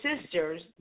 sisters